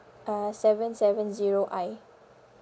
uh seven seven zero I